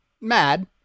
mad